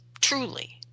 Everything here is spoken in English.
truly